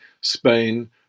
Spain